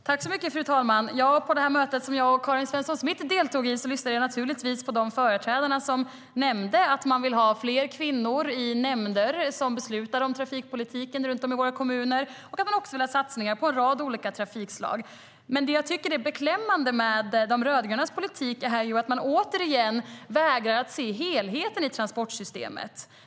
Fru talman! På det mötet, som jag och Karin Svensson Smith deltog i, lyssnade jag naturligtvis på de företrädare som nämnde att de ville ha fler kvinnor i nämnder som beslutar om trafikpolitiken runt om i våra kommuner och att de ville ha satsningar på en rad olika trafikslag. Men det jag tycker är beklämmande med de rödgrönas politik är att man återigen vägrar att se helheten i transportsystemet.